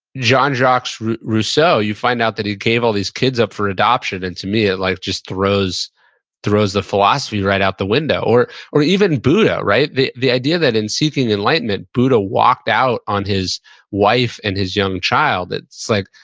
jean-jacques rousseau, you find out that he gave all these kids up for adoption. and to me, it like just throws throws the philosophy right out the window. or or even buddha, the the idea that in seeking enlightenment, buddha walked out on his wife and his young child, it's like,